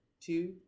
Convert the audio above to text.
two